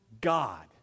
God